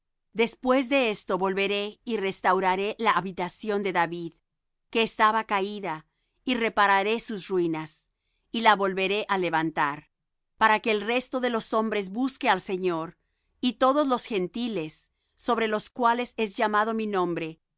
después de esto volveré y restauraré la habitación de david que estaba caída y repararé sus ruinas y la volveré á levantar para que el resto de los hombres busque al señor y todos los gentiles sobre los cuales es llamado mi nombre